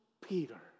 Peter